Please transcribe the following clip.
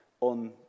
on